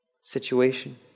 Situation